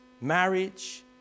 marriage